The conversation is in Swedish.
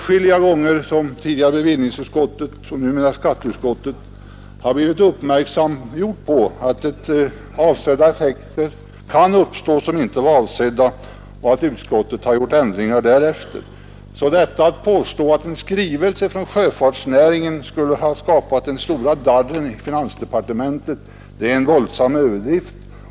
Åtskilliga gånger har tidigare bevillningsutskottet och numera skatteutskottet uppmärksamgjorts på att effekter kan uppstå som inte var avsedda, och utskotten har då gjort ändringar. Att påstå att en skrivelse från sjöfartsnäringen skulle ha skapat stora darren i finansdepartementet är en våldsam överdrift.